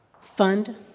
Fund